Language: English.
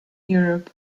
europe